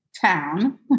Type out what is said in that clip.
town